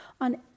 on